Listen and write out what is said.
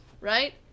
right